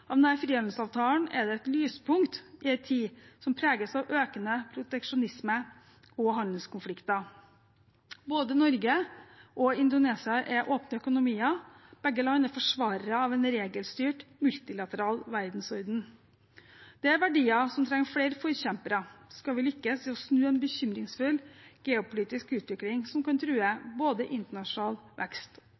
frihandelsavtalen, er det et lyspunkt i en tid som preges av økende proteksjonisme og handelskonflikter. Både Norge og Indonesia er åpne økonomier, og begge land er forsvarere av en regelstyrt, multilateral verdensorden. Det er verdier som trenger flere forkjempere hvis vi skal lykkes i å snu en bekymringsfull geopolitisk utvikling som kan true både internasjonal vekst